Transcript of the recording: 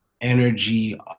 energy